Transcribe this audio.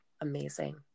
amazing